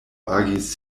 agis